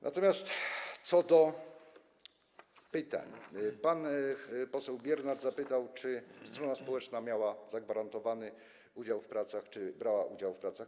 Natomiast co do pytań, pan poseł Biernat zapytał, czy strona społeczna miała zagwarantowany udział w pracach, czy brała udział w pracach.